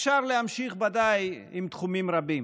אפשר להמשיך ודאי עם תחומים רבים.